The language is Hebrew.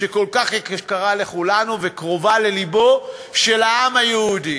שכל כך יקרה לכולנו וקרובה ללבו של העם היהודי.